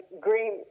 green